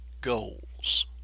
goals